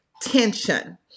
tension